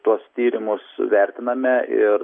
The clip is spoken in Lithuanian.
tuos tyrimus vertiname ir